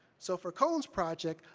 so for cone's project,